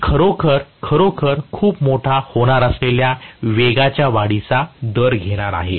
मी खरोखर खरोखर खूप मोठा होणार असलेल्या वेगाच्या वाढीचा दर घेणार आहे